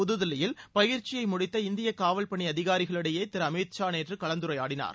புதுதில்லியில் பயிற்சியை முடித்த இந்திய காவல்பணி அதிகாரிகளிடையே திரு அமித் ஷா நேற்று கலந்துரையாடினார்